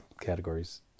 categories